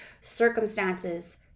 circumstances